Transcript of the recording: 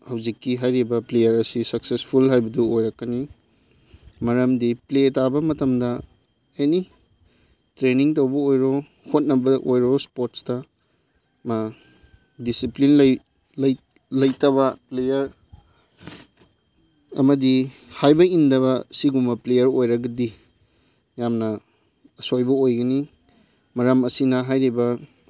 ꯍꯧꯖꯤꯛꯀꯤ ꯍꯥꯏꯔꯤꯕ ꯄ꯭ꯂꯦꯌꯥꯔ ꯑꯁꯤ ꯁꯛꯁꯦꯁꯐꯨꯜ ꯍꯥꯏꯕꯗꯨ ꯑꯣꯏꯔꯛꯀꯅꯤ ꯃꯔꯝꯗꯤ ꯄ꯭ꯂꯦ ꯇꯥꯕ ꯃꯇꯝꯗ ꯑꯦꯅꯤ ꯇ꯭ꯔꯦꯅꯤꯡ ꯇꯧꯕ ꯑꯣꯏꯔꯣ ꯍꯣꯠꯅꯕ ꯑꯣꯏꯔꯣ ꯏꯁꯄꯣꯔꯠꯁꯇ ꯃꯥ ꯗꯤꯁꯤꯄ꯭ꯂꯤꯟ ꯂꯩꯇꯕ ꯄ꯭ꯂꯦꯌꯥꯔ ꯑꯃꯗꯤ ꯍꯥꯏꯕ ꯏꯟꯗꯕ ꯑꯁꯤꯒꯨꯝꯕ ꯄ꯭ꯂꯦꯌꯥꯔ ꯑꯣꯏꯔꯒꯗꯤ ꯌꯥꯝꯅ ꯑꯁꯣꯏꯕ ꯑꯣꯏꯒꯅꯤ ꯃꯔꯝ ꯑꯁꯤꯅ ꯍꯥꯏꯔꯤꯕ